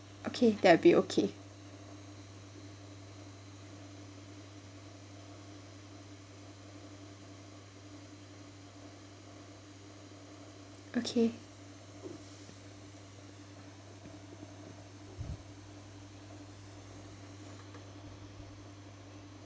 okay that'll be okay okay